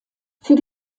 für